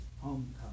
homecoming